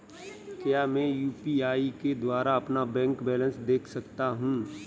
क्या मैं यू.पी.आई के द्वारा अपना बैंक बैलेंस देख सकता हूँ?